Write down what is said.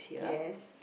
yes